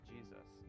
Jesus